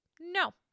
no